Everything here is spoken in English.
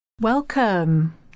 Welcome